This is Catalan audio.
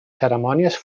cerimònies